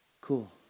Cool